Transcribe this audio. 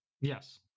Yes